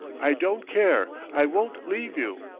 i don't care i won't leave you.